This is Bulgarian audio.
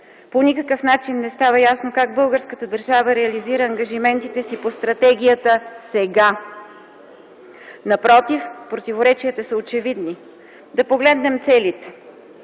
По никакъв начин не става ясно как българската държава реализира ангажиментите си по Стратегията сега! Напротив, противоречията са очевидни. Да погледнем целите.